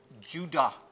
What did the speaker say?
Judah